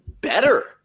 better